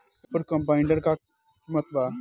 Reaper combiner का किमत बा?